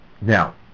Now